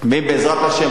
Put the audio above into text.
בעזרת השם,